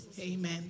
amen